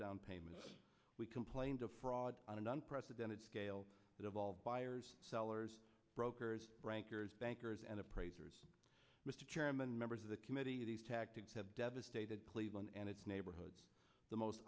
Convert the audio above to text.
down payment we can planed a fraud on an unprecedented scale that of all buyers sellers brokers rankers bankers and appraisers mr chairman members of the committee these tactics have devastated cleveland and its neighborhoods the most